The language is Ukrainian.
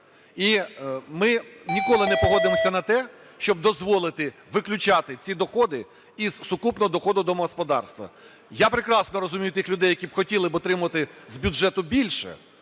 І ми ніколи не погодимося на те, щоб дозволити виключати ці доходи із сукупного доходу домогосподарства. Я прекрасно розумію тих людей, які б хотіли б отримувати з бюджету більше,